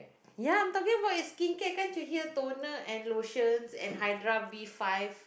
ya I'm talking about is skincare can't you hear toner and lotion and Hydra B five